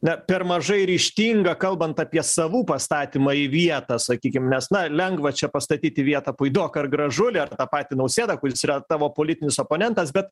na per mažai ryžtinga kalbant apie savų pastatymą į vietą sakykim nes na lengva čia pastatyt į vietą puidoką ar gražulį ar tą patį nausėdą kuris yra tavo politinis oponentas bet